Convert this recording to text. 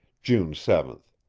june seven.